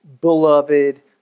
beloved